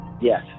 Yes